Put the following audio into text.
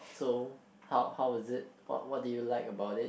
so how how was it what what do you like about it